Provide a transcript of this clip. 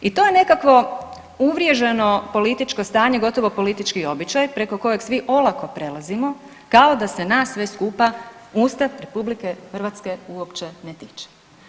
I to je nekakvo uvriježeno političko stanje, gotovo politički običaj preko kojeg svi olako prelazimo kao da se nas sve skupa Ustav RH uopće ne tiče.